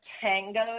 tango